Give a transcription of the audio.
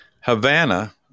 havana